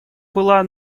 была